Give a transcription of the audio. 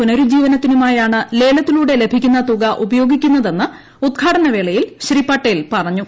പുനരുജ്ജീവനത്തിനുമായാണ് ലേല്ത്തിലൂടെ ലഭിക്കുന്ന തുക ഉപയോഗിക്കുന്നതെന്ന് ഉദ്ഘാടന്നിപ്പേള്യിൽ ശ്രീ പട്ടേൽ പറഞ്ഞു